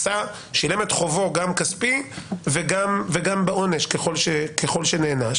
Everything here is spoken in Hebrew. שילם גם את חובו הכספי וגם בעונש ככל שנענש,